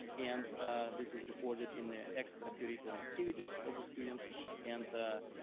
and this was recorded in the extra curriculum activities of the students and